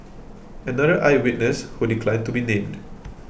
another eye witness who declined to be named